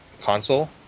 console